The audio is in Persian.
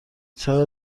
چرا